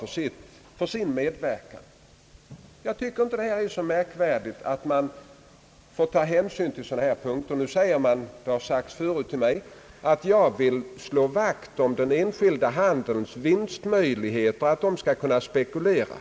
Jag tycker inte att det är särskilt märkvärdigt att man tar hänsyn till sådana här situationer. Nu säger man — och det har sagts till mig tidigare — att jag vill slå vakt om den enskilda handelns vinstmöjligheter och dess möjlighet att spekulera.